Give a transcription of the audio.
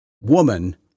Woman